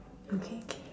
okay K